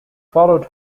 followed